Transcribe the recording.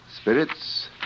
spirits